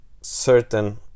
certain